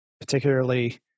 Particularly